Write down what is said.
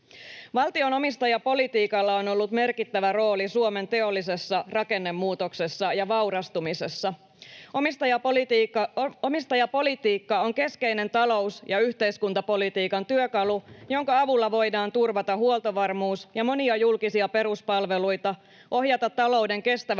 Valtion omistajapolitiikalla on ollut merkittävä rooli Suomen teollisessa rakennemuutoksessa ja vaurastumisessa. Omistajapolitiikka on keskeinen talous- ja yhteiskuntapolitiikan työkalu, jonka avulla voidaan turvata huoltovarmuus ja monia julkisia peruspalveluita, ohjata talouden kestävää